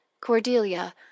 Cordelia